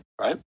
right